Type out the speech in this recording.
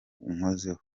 unkozeho